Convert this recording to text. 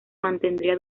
mantendría